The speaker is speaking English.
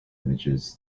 images